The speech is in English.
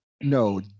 no